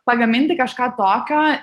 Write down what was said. pagaminti kažką tokio